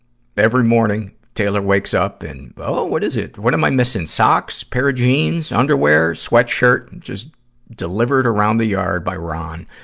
every morning, taylor wakes up and, oh, what is it? what am i missing? socks, pair of jeans, underwear, sweatshirt? just delivered around the yard by ron.